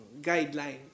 guideline